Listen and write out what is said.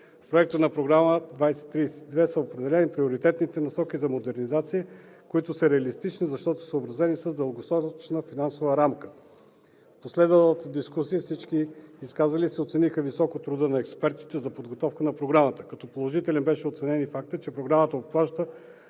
В проекта на Програма 2032 са определени приоритетните насоки за модернизация, които са реалистични, защото са съобразени с дългосрочна финансова рамка. В последвалата дискусия всички изказали се оцениха високо труда на експертите за подготовка на Програмата. Като положителен беше оценен и фактът, че Програмата обхваща